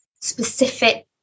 specific